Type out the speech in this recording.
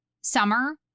summer